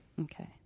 Okay